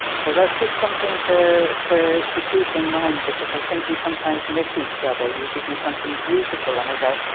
so that's just something to to to keep in mind because i think we sometimes miss each other, you give me something beautiful and i go